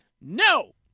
No